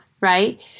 Right